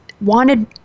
wanted